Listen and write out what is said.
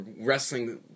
wrestling